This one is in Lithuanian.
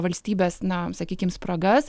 valstybės na sakykim spragas